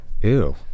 Ew